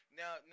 now